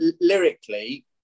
lyrically